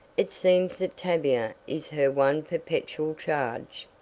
it seems that tavia is her one perpetual charge.